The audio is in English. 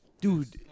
Dude